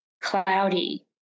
cloudy